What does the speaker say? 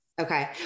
Okay